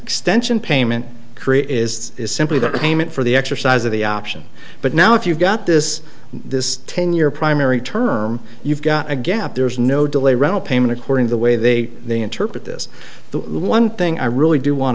extension payment create is simply the payment for the exercise of the option but now if you've got this this ten year primary term you've got a gap there's no delay around a payment according the way they interpret this the one thing i really do want